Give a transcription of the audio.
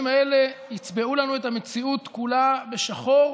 האלה יצבעו לנו את המציאות כולה בשחור.